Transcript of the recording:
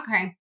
okay